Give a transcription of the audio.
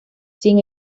sin